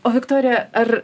o viktorija ar